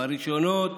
בראשונות